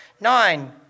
Nine